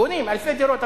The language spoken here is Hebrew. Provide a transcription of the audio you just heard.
בונים אלפי דירות,